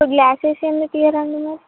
ఇప్పుడు గ్లాసెస్ ఎందుకు ఇయ్యరండి మీరు